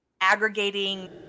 aggregating